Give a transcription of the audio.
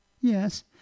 yes